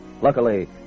Luckily